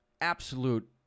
absolute